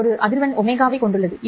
இது ஒரு அதிர்வெண் ω ஐக் கொண்டுள்ளது